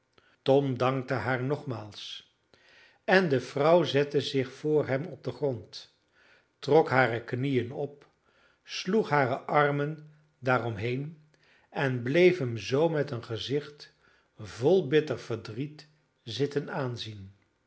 tom dankte haar nogmaals en de vrouw zette zich vr hem op den grond trok hare knieën op sloeg hare armen daar om heen en bleef hem zoo met een gezicht vol bitter verdriet zitten aanzien